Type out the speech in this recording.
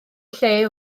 lle